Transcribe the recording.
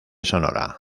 sonora